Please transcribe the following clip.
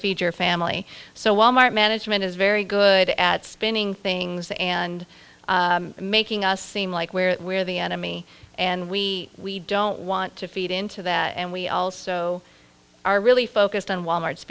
feed your family so wal mart management is very good at spinning things and making us seem like where we're the enemy and we we don't want to feed into that and we also are really focused on wal mart